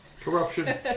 Corruption